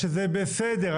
שזה בסדר.